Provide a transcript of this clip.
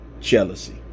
jealousy